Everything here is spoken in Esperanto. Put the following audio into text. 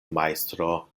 majstro